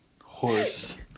horse